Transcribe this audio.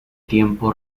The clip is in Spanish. tiempo